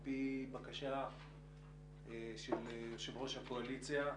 על פי בקשה של יושב-ראש הקואליציה,